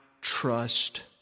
trust